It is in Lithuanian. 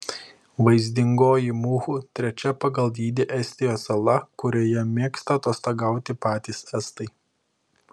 vaizdingoji muhu trečia pagal dydį estijos sala kurioje mėgsta atostogauti patys estai